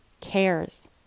cares